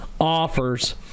offers